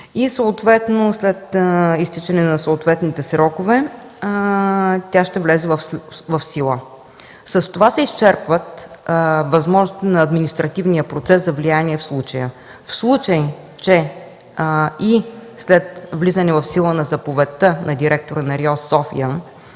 И съответно след изчистване на съответните срокове, тя ще влезе в сила. С това се изчерпват възможностите на административния процес за влияние в случая. В случай че и след влизане в сила на заповедта на директора на РИОСВ – София